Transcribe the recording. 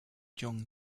john